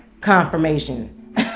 confirmation